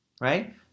right